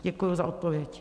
Děkuji za odpověď.